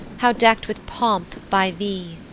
how deck'd with pomp by thee!